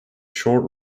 short